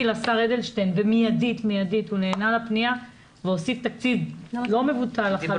לשר אדלשטיין ובמיידית הוא נענה לפניה והוסיף תקציב לא מבוטל לחלוטין.